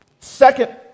second